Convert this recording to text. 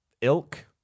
ilk